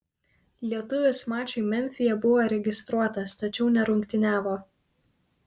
lietuvis mačui memfyje buvo registruotas tačiau nerungtyniavo